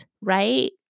right